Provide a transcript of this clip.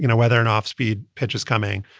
you know whether an off speed pitches coming,